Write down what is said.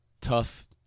tough